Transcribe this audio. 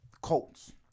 Colts